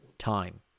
time